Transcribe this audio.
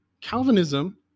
Calvinism